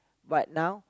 but now